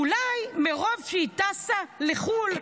אולי מרוב שהיא טסה לחו"ל,